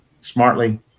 smartly